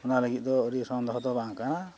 ᱚᱱᱟ ᱞᱟᱹᱜᱤᱫ ᱫᱚ ᱟᱹᱰᱤ ᱥᱚᱱᱫᱮᱦᱚ ᱫᱚ ᱵᱟᱝ ᱠᱟᱱᱟ